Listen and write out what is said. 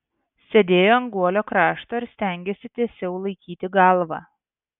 sėdėjo ant guolio krašto ir stengėsi tiesiau laikyti galvą